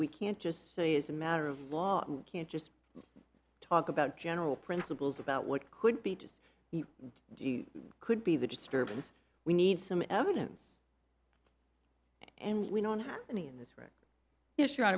we can't just say as a matter of law you can't just talk about general principles about what could be just you could be the disturbance we need some evidence and we don't have any of this right issue out